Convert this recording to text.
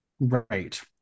Right